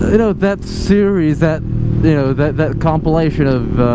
ah you know that series that you know that that compilation of